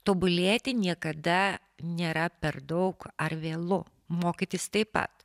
tobulėti niekada nėra per daug ar vėlu mokytis taip pat